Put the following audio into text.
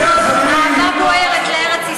גם שם, אהבה בוערת לארץ-ישראל.